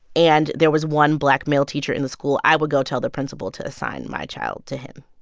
and there was one black male teacher in the school, i would go tell the principal to assign my child to him